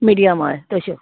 medium हय तश्यो